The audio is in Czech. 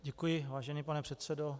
Děkuji, vážený pane předsedo.